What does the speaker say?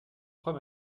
trois